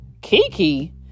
kiki